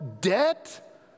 debt